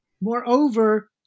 moreover